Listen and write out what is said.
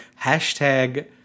hashtag